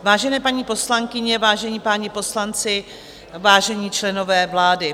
Vážené paní poslankyně, vážení páni poslanci, vážení členové vlády.